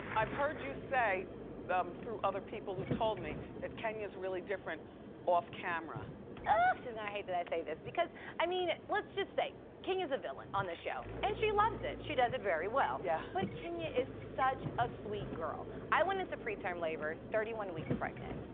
i've heard you say but um through other people who've told me that kenya's really different off camera. oh, she's gonna hate that i say this. because i mean, let's just say, kenya's a villain on this show. and she loves it, she does it very well. yeah but kenya is such a sweet girl. i went into pre-term labor thirty one weeks pregnant.